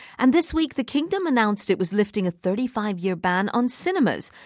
and this week the kingdom announced it was lifting a thirty five year ban on cinemas.